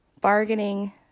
bargaining